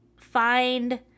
find